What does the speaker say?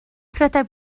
prydau